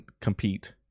compete